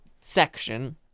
section